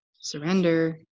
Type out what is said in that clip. Surrender